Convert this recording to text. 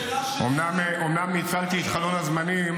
זאת שאלה --- אומנם ניצלתי את חלון הזמנים,